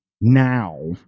now